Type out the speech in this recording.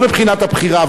לא מבחינת הבחירה.